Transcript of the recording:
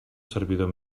servidor